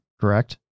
Correct